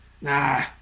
nah